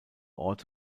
ort